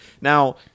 Now